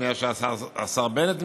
מאז שהשר בנט נמצא,